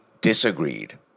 disagreed